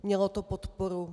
Mělo to podporu.